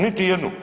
Niti jednu.